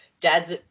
dads